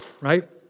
right